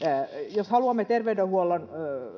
jos haluamme terveydenhuollon